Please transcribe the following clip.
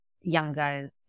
younger